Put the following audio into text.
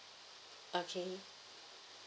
okay